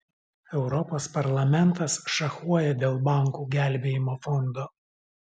europos parlamentas šachuoja dėl bankų gelbėjimo fondo